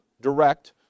direct